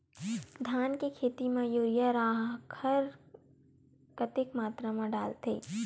धान के खेती म यूरिया राखर कतेक मात्रा म डलथे?